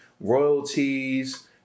royalties